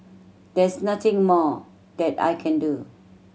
there's nothing more that I can do